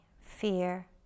fear